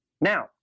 Now